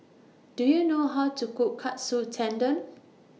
Do YOU know How to Cook Katsu Tendon